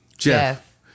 Jeff